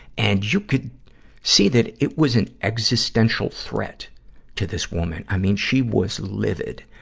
and you could see that it was an existential threat to this woman. i mean, she was livid.